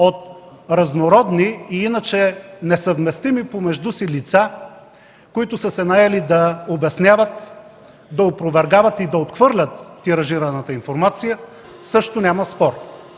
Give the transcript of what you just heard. от разнородни и иначе несъвместими помежду си лица, които са се наели да обясняват, да опровергават и да отхвърлят тиражираната информация, също няма спор.